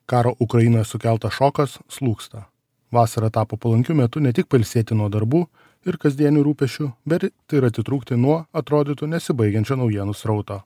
karo ukrainoje sukeltas šokas slūgsta vasara tapo palankiu metu ne tik pailsėti nuo darbų ir kasdienių rūpesčių bet tai ir atitrūkti nuo atrodytų nesibaigiančio naujienų srauto